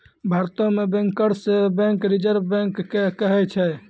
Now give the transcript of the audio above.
भारतो मे bankers bank reserve bank के कहै छै